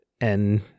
and-